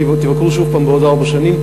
תבקרו שוב בעוד ארבע שנים,